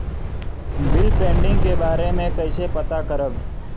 Bill pending के बारे में कईसे पता करब?